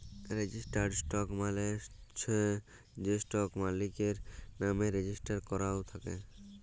registered stock মালে চ্ছ যে স্টক তার মালিকের লামে রেজিস্টার করাক থাক্যে